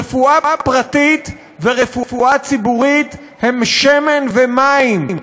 רפואה פרטית ורפואה ציבורית הן שמן ומים,